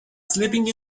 sleeping